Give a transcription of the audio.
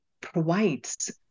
provides